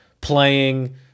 playing